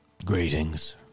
Greetings